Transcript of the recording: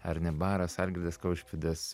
ar ne baras algirdas kaušpėdas